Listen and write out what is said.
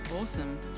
awesome